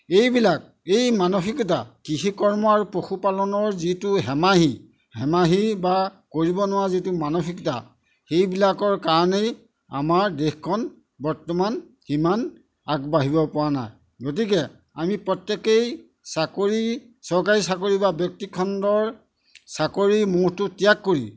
এইবিলাক এই মানসিকতা কৃষি কৰ্ম আৰু পশুপালনৰ যিটো হেমাহী হেমাহী বা কৰিব নোৱাৰা যিটো মানসিকতা সেইবিলাকৰ কাৰণেই আমাৰ দেশখন বৰ্তমান সিমান আগবাঢ়িব পৰা নাই গতিকে আমি প্ৰত্যেকেই চাকৰি চৰকাৰী চাকৰি বা ব্যক্তিখণ্ডৰ চাকৰিৰ মোহটো ত্যাগ কৰি